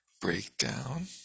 breakdown